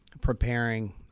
preparing